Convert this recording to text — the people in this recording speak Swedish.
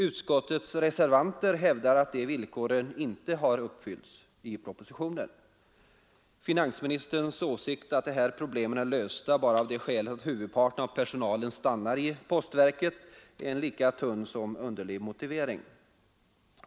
Utskottsreservanterna hävdar att dessa villkor inte uppfyllts i propositionen. Finansministerns åsikt att problemen är lösta bara av det skälet att huvudparten av personalen stannar i postverket är en lika tunn som underlig motivering.